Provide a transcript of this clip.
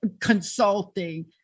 consulting